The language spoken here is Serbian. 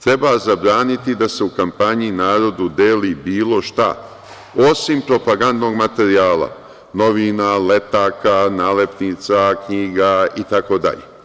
Treba zabraniti da se u kampanji narodu deli bilo šta, osim propagandnog materijala – novina, letaka, nalepnica, knjiga itd.